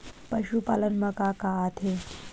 पशुपालन मा का का आथे?